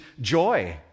joy